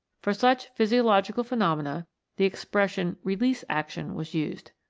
for such physiological phenomena the expression release action was used.